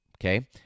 okay